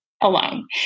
alone